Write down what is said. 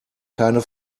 keine